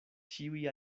ĉiuj